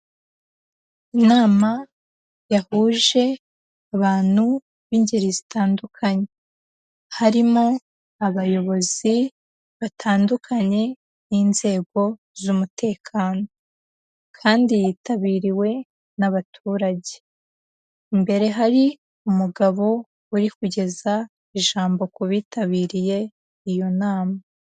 Inama yahuje abantu b'ingeri zitandukanye, harimo abayobozi batandukanye, n'inzego z'umutekano, kandi yitabiriwe n'abaturage, imbere hari umugabo uri kugeza ijambo ku bitabiriye iyo nama.